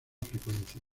frecuencia